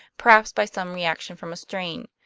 perhaps by some reaction from a strain.